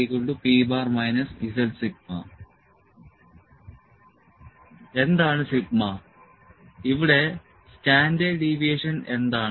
L p zσ എന്താണ് sigma ഇവിടെ standard deviation എന്താണ്